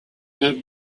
have